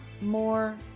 more